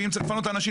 ואם צריך לפנות אנשים,